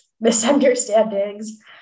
misunderstandings